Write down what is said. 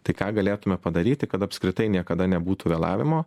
tai ką galėtume padaryti kad apskritai niekada nebūtų vėlavimo